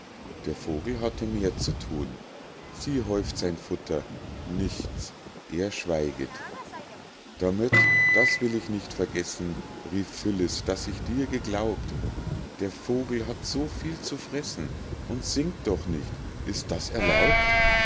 der vogel hatte mehr zu thun sie häuft sein futter nichts er schweiget damöt das will ich nicht vergessen rief phyllis daß ich dir geglaubt der vogel hat so viel zu fressen und singt doch nicht ist das erlaubt